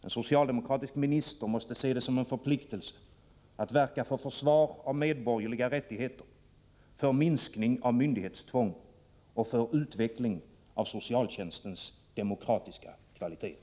En socialdemokratisk minister måste se det som en förpliktelse att verka för försvar av medborgerliga rättigheter, för minskning av myndighetstvång och för utveckling av socialtjänstens demokratiska kvaliteter.